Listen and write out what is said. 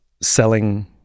selling